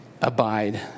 abide